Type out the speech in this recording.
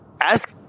Ask